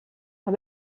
her